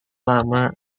lama